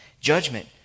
Judgment